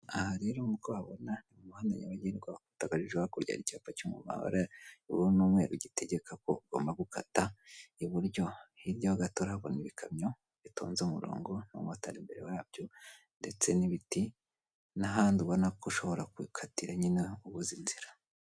Aha hantu nk'uko uhabona ni umuhanda nyabagendwa, wakubita akajisho hakurya hari icyapa kiri mu mabara ubururu n'umweru gitegeka ko ugomba gukata iburyo, hirya gato urahabona ibikamyo bitonze umurongo, umumotari imbere yabyo, ndetse n'ibiti, n'ahandi ubona ko ushobora gukatira nyine ubuze inzira.